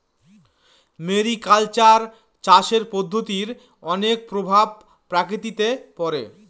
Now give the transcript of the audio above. mariculture চাষের পদ্ধতির অনেক প্রভাব প্রকৃতিতে পড়ে